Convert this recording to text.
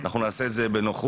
אנחנו נעשה את זה בנוחות,